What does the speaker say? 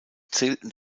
zählten